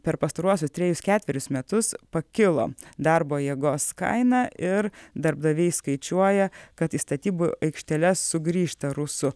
per pastaruosius trejus ketverius metus pakilo darbo jėgos kaina ir darbdaviai skaičiuoja kad į statybų aikšteles sugrįžta rusų